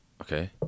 okay